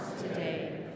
today